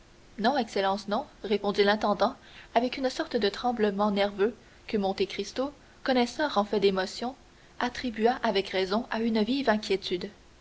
non excellence non répondit l'intendant avec une sorte de tremblement nerveux que monte cristo connaisseur en fait d'émotions attribua avec raison à une vive inquiétude